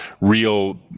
real